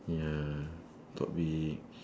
ya talk big